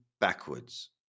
backwards